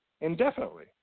indefinitely